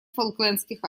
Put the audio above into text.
фолклендских